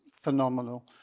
phenomenal